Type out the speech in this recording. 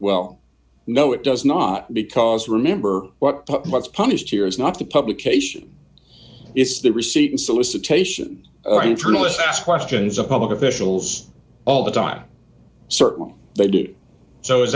well no it does not because remember what what's published here is not the publication it's the receipt and solicitation internal is asked questions of public officials all the time certainly they do so is